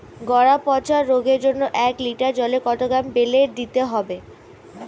গোড়া পচা রোগের জন্য এক লিটার জলে কত গ্রাম বেল্লের দিতে হবে?